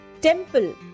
Temple